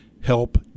help